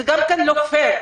זה גם לא הוגן,